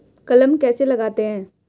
कलम कैसे लगाते हैं?